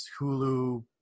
Hulu